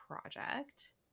project